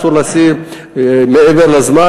אסור לשים מעבר לזמן,